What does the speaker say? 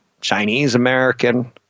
Chinese-American –